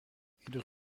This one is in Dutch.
iedere